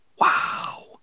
Wow